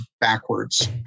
backwards